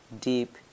deep